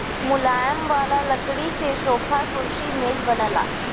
मुलायम वाला लकड़ी से सोफा, कुर्सी, मेज बनला